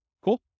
Cool